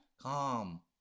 Calm